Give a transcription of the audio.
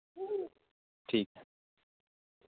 ठीक ऐ